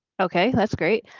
okay, that's great.